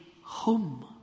home